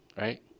right